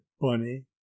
bunny